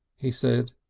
he said,